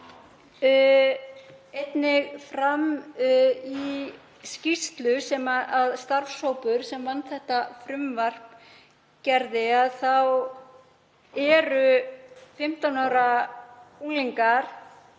einnig fram í skýrslu sem starfshópur sem vann þetta frumvarp gerði þá eru 15 ára unglingar